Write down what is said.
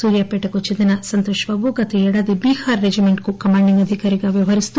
సూర్యాపేటకు చెందిన సంతోష్ బాబు గత ఏడాది బీహార్ రెజిమెంట్ కు కమాండింగ్ అధికారిగా వ్యవహరించారు